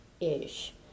ish